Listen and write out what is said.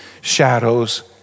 shadows